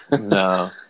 No